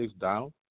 down